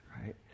right